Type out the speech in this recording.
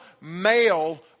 male